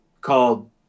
called